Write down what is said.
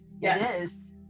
yes